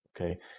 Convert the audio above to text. okay